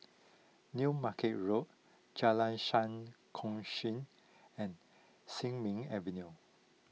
New Market Road Jalan Sam Kongsi and Sin Ming Avenue